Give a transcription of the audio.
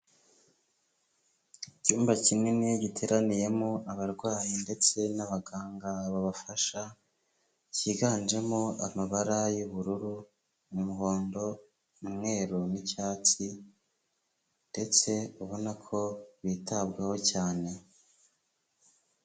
Icyumba kinini giteraniyemo abarwayi ndetse n'abaganga babafasha, cyiganjemo amabara y'ubururu, umuhondo, umweru n'icyatsi ndetse ubona ko bitabwaho cyane.